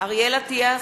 אריאל אטיאס,